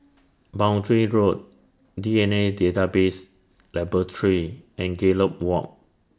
Boundary Road D N A Database Laboratory and Gallop Walk